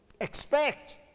Expect